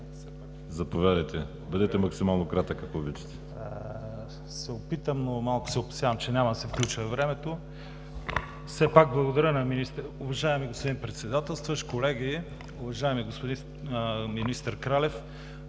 Заповядайте – бъдете максимално кратък, ако обичате.